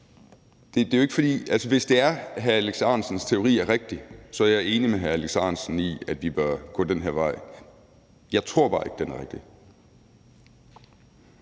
den effekt. Altså, hvis det er, at hr. Alex Ahrendtsens teori er rigtig, så er jeg enig med hr. Alex Ahrendtsen i, at vi bør gå den vej. Jeg tror bare ikke, den er rigtig.